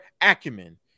acumen